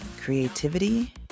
creativity